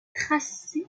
tracé